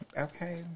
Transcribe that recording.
okay